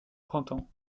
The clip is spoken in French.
printemps